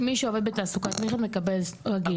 מי שעובד בתעסוקת מתמחה מקבל רגיל.